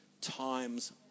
times